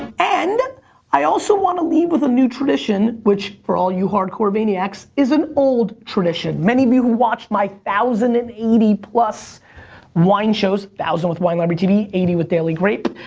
and i also wanna leave with a new tradition, which, for all you hard-core vaniacs, is an old tradition. many of you who watched my thousand and eighty plus wine shows, one thousand with wine library tv, eighty with daily grape,